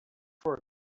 for